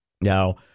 Now